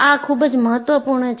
આ ખૂબ જ મહત્વપૂર્ણ છે